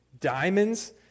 diamonds